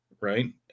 Right